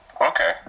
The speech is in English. Okay